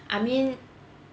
I mean